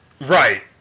Right